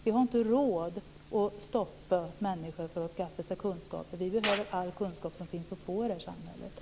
Vi har inte råd att stoppa människor som vill skaffa sig kunskaper. Vi behöver all kunskap som finns att få i det här samhället.